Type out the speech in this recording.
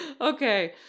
Okay